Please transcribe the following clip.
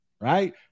right